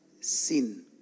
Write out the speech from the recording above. sin